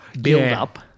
build-up